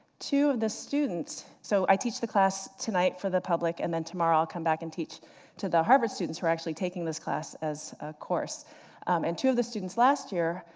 two of the students so i teach the class tonight for the public, and then tomorrow i'll come back and teach to the harvard students who are actually taking this class as a course and two of the students last year,